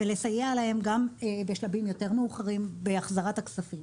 ולסייע להם גם בשלבים יותר מאוחרים בהחזרת הכספים.